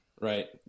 right